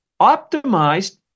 optimized